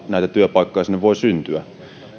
näitä työpaikkoja sinne voi syntyä